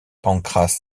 pancras